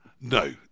No